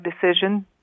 decision